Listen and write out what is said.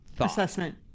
assessment